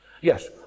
Yes